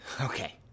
okay